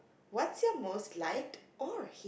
what's your most liked or